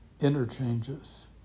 interchanges